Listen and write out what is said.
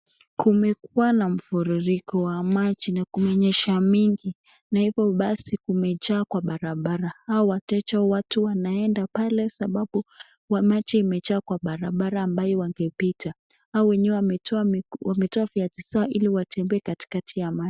Kumekuwa na mfururiko wa maji, na kumenyesah mingi, na hivo basi kumejaa kwa barabara, hawa wateja basi wanaenda pale sababu maji imejaa kwa barabara ambaye wangepita, hawa wenyewe wametoa viatu zao ili watembee katikati ya maji.